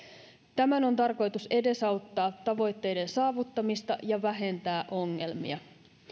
tämän on tarkoitus edesauttaa tavoitteiden saavuttamista ja vähentää ongelmia